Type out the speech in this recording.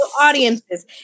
audiences